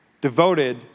Devoted